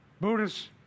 Buddhists